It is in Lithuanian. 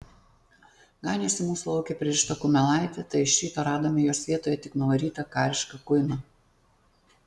ganėsi mūsų lauke pririšta kumelaitė tai iš ryto radome jos vietoje tik nuvarytą karišką kuiną